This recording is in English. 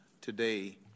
today